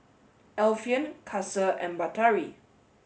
Alfian Kasih and Batari